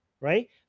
right